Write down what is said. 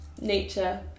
nature